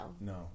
No